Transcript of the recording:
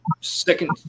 second